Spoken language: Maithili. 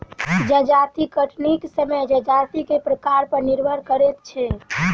जजाति कटनीक समय जजाति के प्रकार पर निर्भर करैत छै